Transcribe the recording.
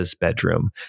bedroom